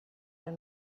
your